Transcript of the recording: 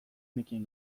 nekien